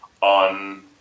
on